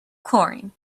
chlorine